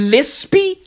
Lispy